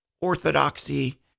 orthodoxy